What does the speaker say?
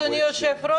אדוני היושב-ראש,